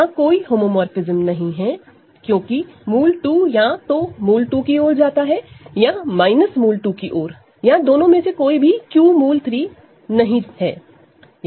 यहां कोई होमोमोरफ़िज्मस नहीं है क्योंकि √2 या तो √2 की ओर जाता है या √2 की ओर या दोनों में से कोई भी Q√3 नहीं है